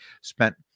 spent